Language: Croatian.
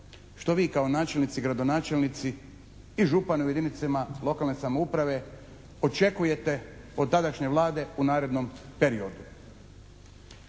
što vi kao načelnici, gradonačelnici i župani u jedinicama lokalne samouprave očekujete od tadašnje Vlade u narednom periodu?